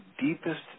deepest